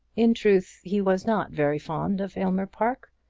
in truth, he was not very fond of aylmer park,